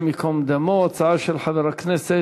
מס' 142,